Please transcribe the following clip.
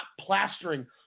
plastering